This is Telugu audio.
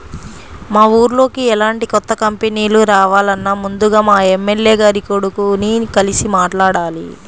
మా ఊర్లోకి ఎలాంటి కొత్త కంపెనీలు రావాలన్నా ముందుగా మా ఎమ్మెల్యే గారి కొడుకుని కలిసి మాట్లాడాలి